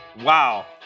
Wow